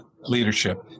leadership